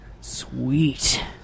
Sweet